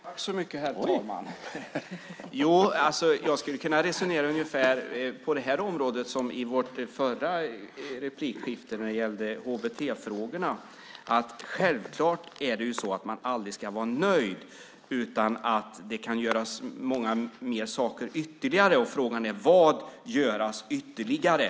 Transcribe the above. Herr talman! Jag skulle på det här området kunna resonera ungefär som i vårt förra replikskifte när det gällde HBT-frågorna. Självklart ska man aldrig vara nöjd. Det kan göras många ytterligare saker. Frågan är vad som ska göras ytterligare.